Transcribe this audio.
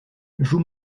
joue